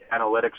analytics